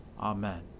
Amen